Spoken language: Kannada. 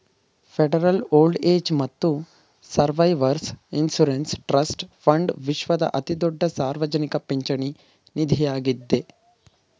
ಫೆಡರಲ್ ಓಲ್ಡ್ಏಜ್ ಮತ್ತು ಸರ್ವೈವರ್ಸ್ ಇನ್ಶುರೆನ್ಸ್ ಟ್ರಸ್ಟ್ ಫಂಡ್ ವಿಶ್ವದ ಅತಿದೊಡ್ಡ ಸಾರ್ವಜನಿಕ ಪಿಂಚಣಿ ನಿಧಿಯಾಗಿದ್ದೆ